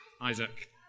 Isaac